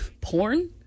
porn